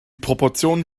proportionen